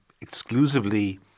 exclusively